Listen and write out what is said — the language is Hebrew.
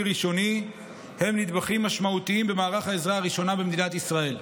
ראשוני הן נדבכים משמעותיים במערך העזרה הראשונה במדינת ישראל,